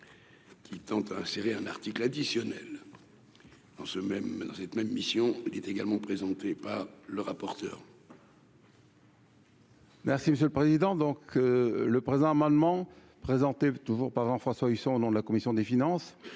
Qui tend à insérer un article additionnel dans ce même dans cette même mission, il était également présenté par le rapporteur. Merci monsieur le président, donc le présent amendement présenté toujours par exemple François 800 au nom de la commission des finances,